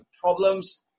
problems